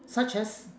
such as